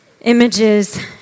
Images